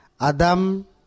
Adam